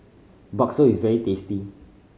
bakso is very tasty